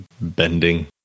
bending